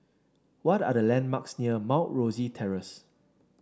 what are the landmarks near Mount Rosie Terrace